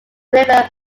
river